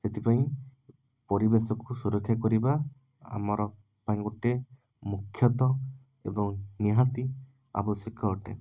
ଏଥିପାଇଁ ପରିବେଶକୁ ସୁରକ୍ଷା କରିବା ଆମର ପାଇଁ ଗୋଟେ ମୁଖ୍ୟତଃ ଏବଂ ନିହାତି ଆବଶ୍ୟକ ଅଟେ